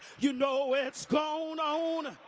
you know, it's gone on,